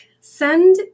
Send